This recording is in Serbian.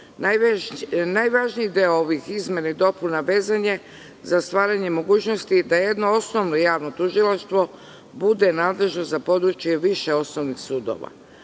Najvažniji deo ovih izmena i dopuna vezan je za stvaranje mogućnosti da jedno osnovno javno tužilaštvo bude nadležno za područje više osnovnih sudova.